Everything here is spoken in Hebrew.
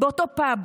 אותו פאב,